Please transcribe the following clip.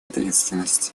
ответственность